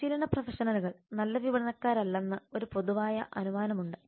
പരിശീലന പ്രൊഫഷണലുകൾ നല്ല വിപണനക്കാരല്ലെന്ന് ഒരു പൊതു അനുമാനമുണ്ട്